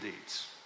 deeds